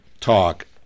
talk